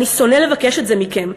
אני שונא לבקש את זה מכם,